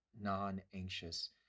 non-anxious